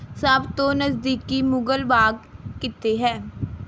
ਸਭ ਤੋਂ ਨਜ਼ਦੀਕੀ ਮੁਗ਼ਲ ਬਾਗ ਕਿੱਥੇ ਹੈ